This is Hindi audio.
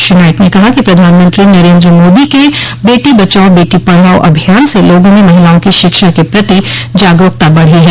श्री नाईक ने कहा कि प्रधानमंत्री नरेन्द्र मोदी के बेटी बचाओ बेटी पढ़ाओ अभियान से लोगों में महिलाओं की शिक्षा के प्रति जागरूकता बढ़ी है